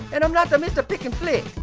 and i'm not so mr. pick and flick.